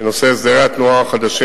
בנושא הסדרי התנועה החדשים